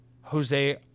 Jose